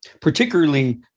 particularly